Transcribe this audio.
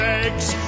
eggs